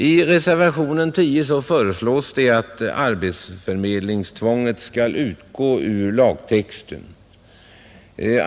I reservationen 10 föreslås att arbetsförmedlingstvånget skall utgå ur lagtexten.